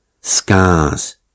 Scars